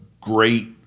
great